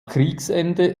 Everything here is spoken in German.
kriegsende